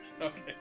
Okay